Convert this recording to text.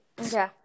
Okay